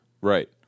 Right